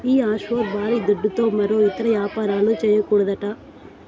ఈ ఆఫ్షోర్ బారీ దుడ్డుతో మరో ఇతర యాపారాలు, చేయకూడదట